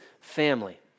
family